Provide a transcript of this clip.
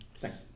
Thanks